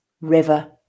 river